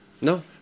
No